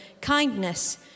kindness